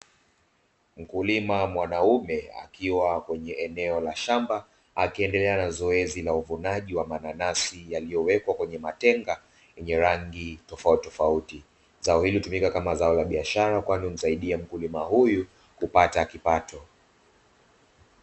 Mkulima mwanaume, akiwa kwenye eneo la shamba, akiendelea na zoezi la uvunaji wa mananasi yaliyowekewa kwenye matenga yenye rangi tofautitofauti. Zao hili hutumika kama zao la biashara, kwani humsaidia mkulima huyu kupata kipato.